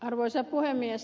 arvoisa puhemies